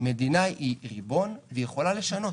מדינה היא ריבון והיא יכולה לשנות